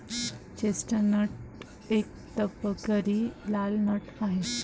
chestnut एक तपकिरी लाल नट आहे